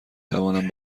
توانم